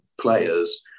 players